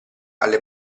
alle